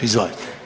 Izvolite.